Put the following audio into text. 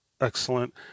excellent